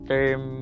Term